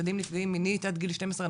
ילדים נפגעים מינית על גיל 12,